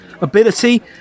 ability